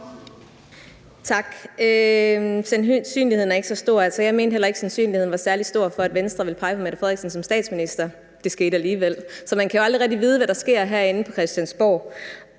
at sandsynligheden ikke er så stor. Jeg mente heller ikke, at sandsynligheden var særlig stor for, at Venstre ville pege på Mette Frederiksen som statsminister. Det skete alligevel. Så man kan jo aldrig rigtig vide, hvad der sker herinde på Christiansborg.